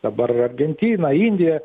dabar argentina indija